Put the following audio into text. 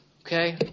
okay